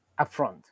upfront